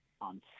on